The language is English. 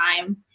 time